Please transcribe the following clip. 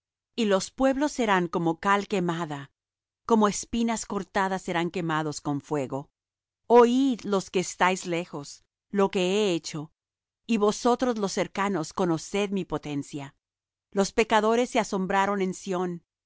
y los pueblos serán como cal quemada como espinas cortadas serán quemados con fuego oid los que estáis lejos lo que he hecho y vosotros los cercanos conoced mi potencia los pecadores se asombraron en sión